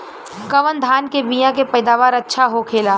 कवन धान के बीया के पैदावार अच्छा होखेला?